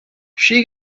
she